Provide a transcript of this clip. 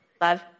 love